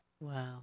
Wow